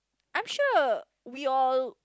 I'm sure we all